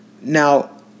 Now